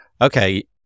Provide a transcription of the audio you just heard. okay